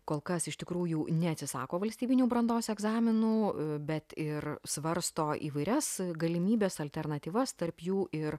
kol kas iš tikrųjų neatsisako valstybinių brandos egzaminų bet ir svarsto įvairias galimybes alternatyvas tarp jų ir